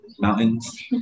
mountains